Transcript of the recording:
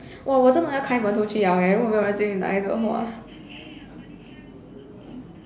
!wah! 我真的要开门出去了 leh 如果没有人进来的活